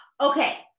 Okay